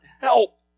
help